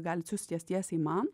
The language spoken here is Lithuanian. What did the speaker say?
galit siųst jas tiesiai man